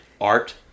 art